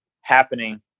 happening